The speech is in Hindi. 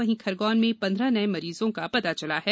वहीं खरगौन में पन्द्रह नये मरीजों का पता चला है